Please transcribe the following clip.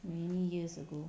many years ago